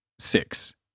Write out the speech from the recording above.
six